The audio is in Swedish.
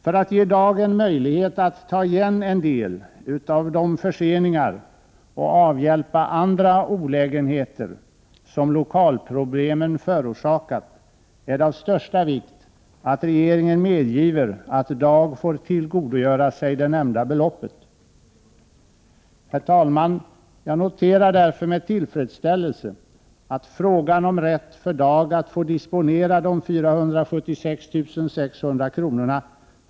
För att ge DAG en möjlighet att ta igen en del av de förseningar och avhjälpa andra olägenheter som lokalproblemen förorsakat är det av största vikt att regeringen medgiver att DAG får tillgodogöra sig det nämnda beloppet. Herr talman! Jag noterar därför med tillfredsställelse att frågan om rätt för DAG att få disponera dessa 476 600 kr.